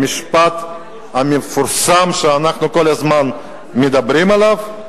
המשפט המפורסם שאנחנו כל הזמן מדברים עליו.